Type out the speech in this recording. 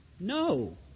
No